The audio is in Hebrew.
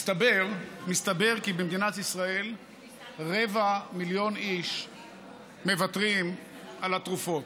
מסתבר כי במדינת ישראל רבע מיליון איש מוותרים על התרופות.